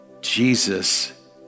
Jesus